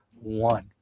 one